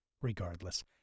Regardless